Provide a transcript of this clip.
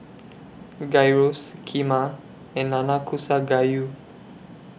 Gyros Kheema and Nanakusa Gayu